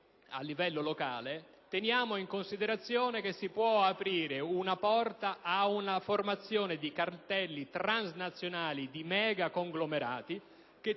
a livello locale, consideriamo che si può aprire una porta ad una formazione di cartelli transnazionali di megaconglomerati che